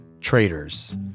traders